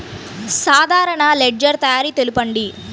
సాధారణ లెడ్జెర్ తయారి తెలుపండి?